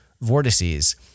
vortices